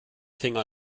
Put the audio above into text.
finger